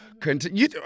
continue